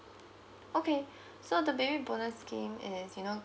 okay so the baby bonus scheme is you know